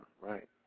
right